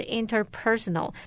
interpersonal